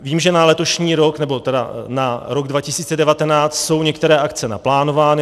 Vím, že na letošní rok, nebo tedy na rok 2019, jsou některé akce naplánovány.